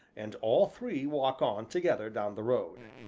and all three walk on together down the road.